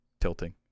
tilting